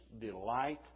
delight